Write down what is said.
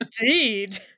indeed